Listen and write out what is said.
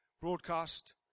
broadcast